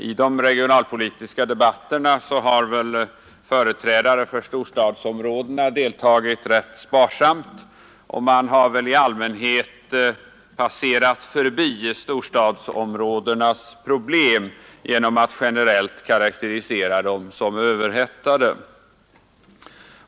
I de regionalpolitiska debatterna har företrädare för storstadsområdena deltagit rätt sparsamt, och man har väl i allmänhet passerat förbi storstadsområdenas problem genom att generellt karakterisera dem som ”överhettade”.